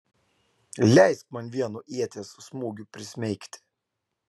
leisk man vienu ieties smūgiu prismeigti